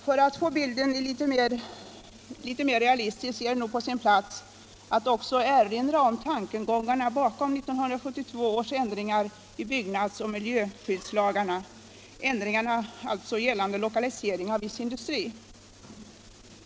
För att få bilden litet mer realistisk är det nog på sin plats att också erinra om tankegångarna bakom 1972 års ändringar i byggnadsoch miljöskyddslagarna — ändringarna gällande lokalisering av viss industri.